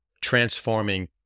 transforming